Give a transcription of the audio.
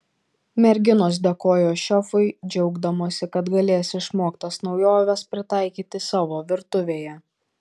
merginos dėkojo šefui džiaugdamosi kad galės išmoktas naujoves pritaikyti savo virtuvėje